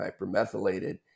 hypermethylated